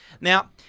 Now